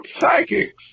psychics